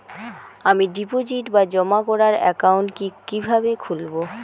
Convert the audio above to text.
আমি ডিপোজিট বা জমা করার একাউন্ট কি কিভাবে খুলবো?